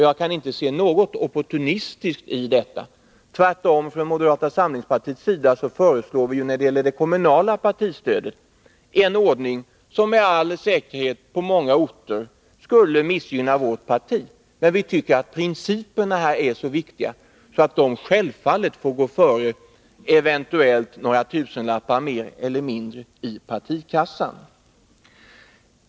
Jag kan inte se något opportunistiskt i detta. Tvärtom föreslår vi från moderata samlingspartiet när det gäller det kommunala partistödet en ordning som med all säkerhet på många orter skulle missgynna vårt parti, men vi tycker att principerna här är så viktiga att de självfallet får gå före några eventuella tusenlappar mer eller mindre i partikassan.